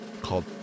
called